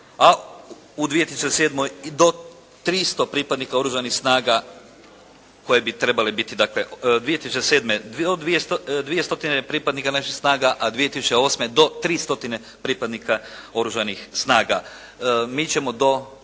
a u 2007. i do 300 pripadnika oružanih snaga koje bi trebale biti, dakle 2007. 2 stotine pripadnika naših snaga a 2008. do 3 stotine pripadnika oružanih snaga. Mi ćemo do